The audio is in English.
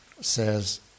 says